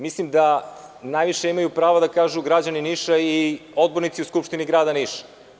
Mislim da najviše imaju pravo da kažu građani Niša i odbornici u Skupštini grada Niša.